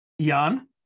Jan